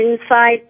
inside